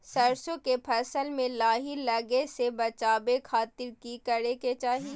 सरसों के फसल में लाही लगे से बचावे खातिर की करे के चाही?